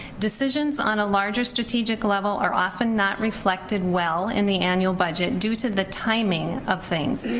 decisions on a larger strategic level are often not reflected well in the annual budget, due to the timing of things.